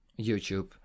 YouTube